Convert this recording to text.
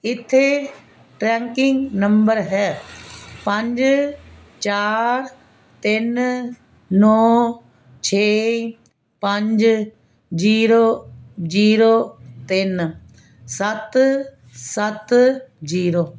ਇੱਥੇ tracking number ਹੈ ਪੰਜ ਚਾਰ ਤਿੰਨ ਨੌਂ ਛੇ ਪੰਜ ਜੀਰੋ ਜੀਰੋ ਤਿੰਨ ਸੱਤ ਸੱਤ ਜੀਰੋ